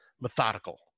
methodical